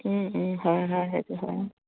হয় হয় সেইটো হয়